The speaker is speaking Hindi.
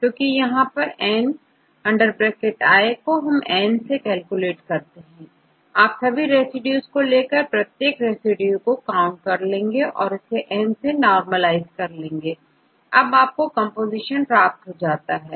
क्योंकि यहां आप n को N से कैलकुलेट करते हैं आप सभी रेसिड्यूज को लेकर प्रत्येक रेसिड्यू को काउंट कर इन्हेंN सेnormalize कर लेते हैं अब आपको कंपोजीशन प्राप्त हो जाता है